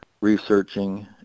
researching